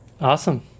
Awesome